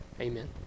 Amen